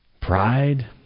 pride